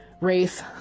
race